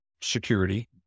security